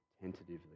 tentatively